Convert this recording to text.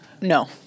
No